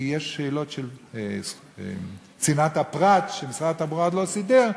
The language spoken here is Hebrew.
כי יש שאלות של צנעת הפרט שמשרד התחבורה עוד לא סידר.